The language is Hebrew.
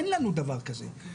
פשוט אין לנו דבר כזה.